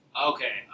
Okay